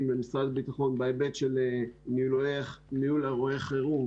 למשרד הביטחון בהיבט ניהול אירועי חירום,